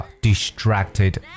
Distracted